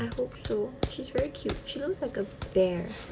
I hope so she's very cute she looks like a bear